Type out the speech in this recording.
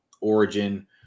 origin